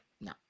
No